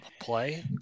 play